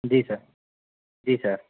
जी sir जी sir